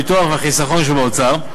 הביטוח והחיסכון שבאוצר,